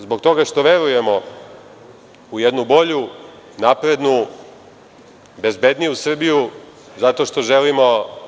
Zbog toga što verujemo u jednu bolju, naprednu, bezbedniju Srbiju, zato što želimo…